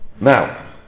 Now